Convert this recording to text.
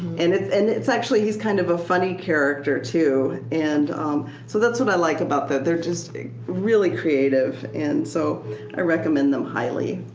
and it's and it's actually, he's kind of a funny character too. and so that's what i like about them. they're just really creative and so i recommend them highly.